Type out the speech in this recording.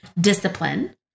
Discipline